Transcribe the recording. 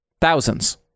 Thousands